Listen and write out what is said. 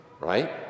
right